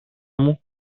μου